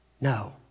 No